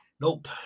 Nope